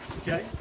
Okay